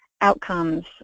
outcomes